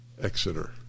Exeter